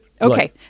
Okay